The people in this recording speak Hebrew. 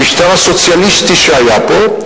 המשטר הסוציאליסטי שהיה פה,